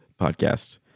podcast